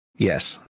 Yes